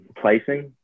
placing